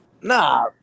nah